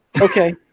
Okay